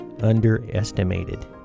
underestimated